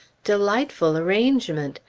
delightful arrangement!